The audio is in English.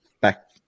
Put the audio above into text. back